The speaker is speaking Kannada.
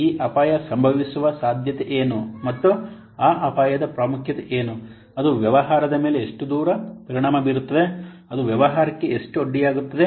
ಈ ಅಪಾಯ ಸಂಭವಿಸುವ ಸಾಧ್ಯತೆ ಏನು ಮತ್ತು ಆ ಅಪಾಯದ ಪ್ರಾಮುಖ್ಯತೆ ಏನು ಅದು ವ್ಯವಹಾರದ ಮೇಲೆ ಎಷ್ಟು ದೂರ ಪರಿಣಾಮ ಬೀರುತ್ತದೆ ಅದು ವ್ಯವಹಾರಕ್ಕೆ ಎಷ್ಟು ಅಡ್ಡಿಯಾಗುತ್ತದೆ